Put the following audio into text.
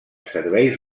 serveis